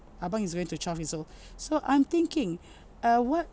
ahbang is going to twelve years old so I'm thinking uh what